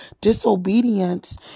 disobedience